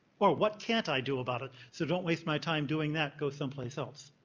or, what can't i do about it? so don't waste my time doing that go some place else.